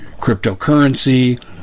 cryptocurrency